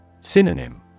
Synonym